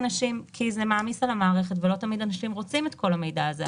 כי זה מעמיס על המערכת ולא תמיד אנשים רוצים את כל המידע הזה.